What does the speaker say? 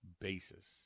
basis